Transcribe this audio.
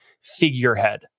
figurehead